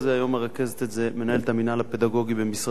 היום מרכזת את זה מנהלת המינהל הפדגוגי במשרדי,